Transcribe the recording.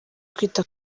kwita